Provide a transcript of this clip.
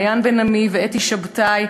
מעיין בן-עמי ואתי שבתאי.